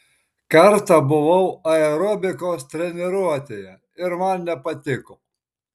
kartą buvau aerobikos treniruotėje ir man nepatiko